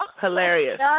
Hilarious